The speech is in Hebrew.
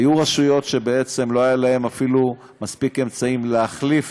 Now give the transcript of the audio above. היו רשויות שבעצם לא היו להן אפילו מספיק אמצעים להחליף